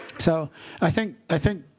so i think i think